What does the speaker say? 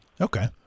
Okay